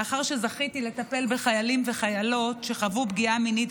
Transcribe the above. לאחר שזכיתי לטפל בחיילים ובחיילות שחוו פגיעה מינית